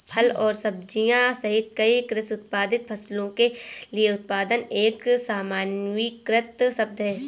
फल और सब्जियां सहित कई कृषि उत्पादित फसलों के लिए उत्पादन एक सामान्यीकृत शब्द है